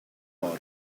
porco